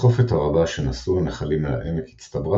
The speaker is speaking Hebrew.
הסחופת הרבה שנשאו הנחלים אל העמק הצטברה